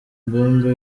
mbumbe